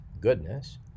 goodness